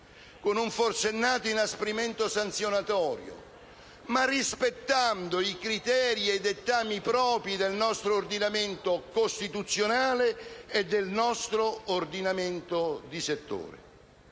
con un forsennato inasprimento sanzionatorio, se così si vuol fare, ma rispettando i criteri e i dettami propri del nostro ordinamento costituzionale e del nostro ordinamento di settore.